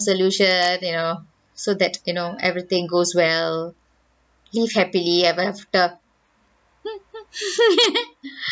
solution you know so that you know everything goes well live happily ever after